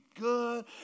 good